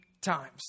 times